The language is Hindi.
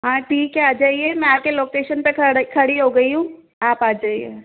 हाँ ठीक है आ जाइए मैं आपके लोकेशन लोकेशन पर खड़ी हो गई हूँ आप आ जाइए